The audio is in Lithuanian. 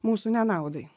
mūsų nenaudai